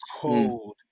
Cold